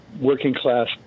working-class